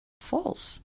false